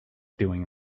doing